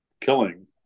killing